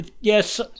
Yes